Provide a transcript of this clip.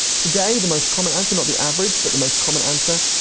today, the most common answer, not the average but the most common answer,